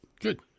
Good